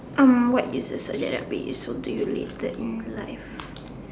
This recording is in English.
um what is the subject that will be useful to you later in life